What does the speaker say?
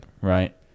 Right